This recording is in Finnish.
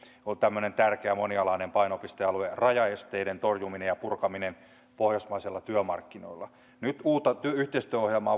on tämmöinen tärkeä monialainen painopistealue raja esteiden torjuminen ja purkaminen pohjoismaisilla työmarkkinoilla nyt uutta yhteistyöohjelmaa